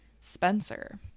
Spencer